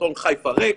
תיאטרון חיפה ריק,